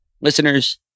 Listeners